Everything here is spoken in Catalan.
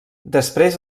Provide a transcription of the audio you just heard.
després